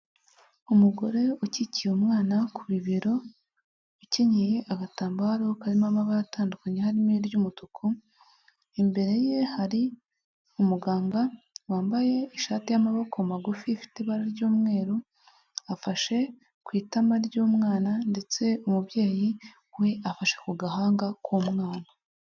Umugore ukikiye umwana ku bibero, ukenyeye agatambaro karimo amabara atandukanye harimo iry'umutuku, imbere ye hari umuganga wambaye ishati y'amaboko magufi ifite ibara ry'umweru, afashe ku itama ry'umwana ndetse umubyeyi we afashe ku gahanga k'umwana.